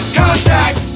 Contact